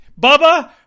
Bubba